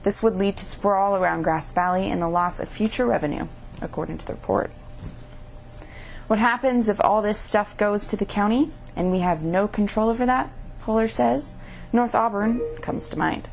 this would lead to sprawl around grass valley and the loss of future revenue according to the report what happens of all this stuff goes to the county and we have no control over that polar says north auburn comes to mind